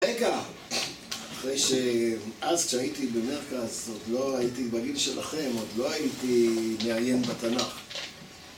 רגע, אחרי שאני, אז כשהייתי במרכז, עוד לא הייתי בגיל שלכם, עוד לא הייתי מעיין בתנ״ך.